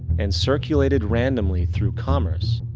and circulated randomly through commerce,